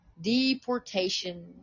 Deportation